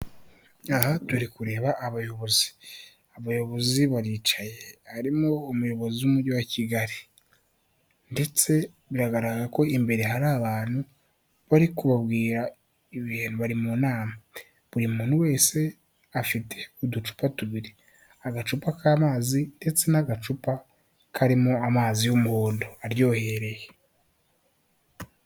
Aha turi kureba abayobozi. Abayobozi baricaye. Harimo umuyobozi w'umujyi wa Kigali. Ndetse bigaragara ko imbere hari abantu bari kubabwira ibintu, bari mu nama. buri muntu wese afite uducupa tubiri, agacupa k'amazi ndetse n'agacupa karimo amazi y'umuhondo aryohereye.